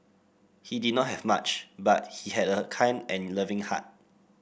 he did not have much but he had a kind and loving heart